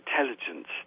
intelligence